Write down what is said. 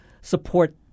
support